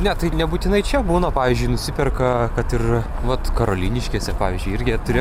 ne tai nebūtinai čia būna pavyzdžiui nusiperka kad ir vat karoliniškėse pavyzdžiui irgi turėjau